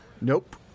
Nope